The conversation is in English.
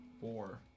four